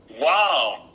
Wow